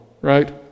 right